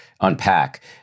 unpack